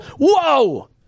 whoa